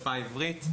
בשפה העברית.